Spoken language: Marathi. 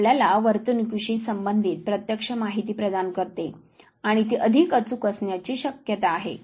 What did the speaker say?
हे आपल्याला वर्तणुकीशी संबंधित प्रत्यक्ष माहिती प्रदान करते आणि ती अधिक अचूक असण्याची शक्यता आहे